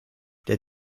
der